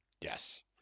Yes